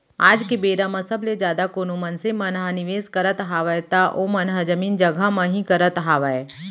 आज के बेरा म सबले जादा कोनो मनसे मन ह निवेस करत हावय त ओमन ह जमीन जघा म ही करत हावय